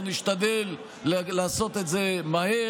אנחנו נשתדל לעשות את זה מהר.